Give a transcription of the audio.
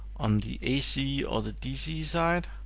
on the ac or the dc side,